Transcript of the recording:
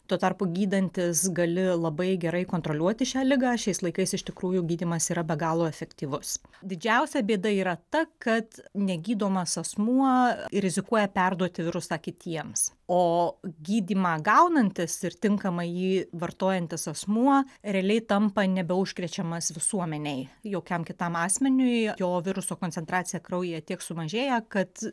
tuo tarpu gydantis gali labai gerai kontroliuoti šią ligą šiais laikais iš tikrųjų gydymas yra be galo efektyvus didžiausia bėda yra ta kad negydomas asmuo rizikuoja perduoti virusą kitiems o gydymą gaunantis ir tinkamai jį vartojantis asmuo realiai tampa nebeužkrečiamas visuomenei jokiam kitam asmeniui jo viruso koncentracija kraujyje tiek sumažėja kad